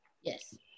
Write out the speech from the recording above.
Yes